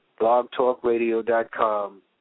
blogtalkradio.com